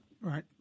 Right